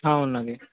ఉంది